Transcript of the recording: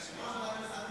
אתה יודע, מסכת